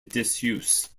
disuse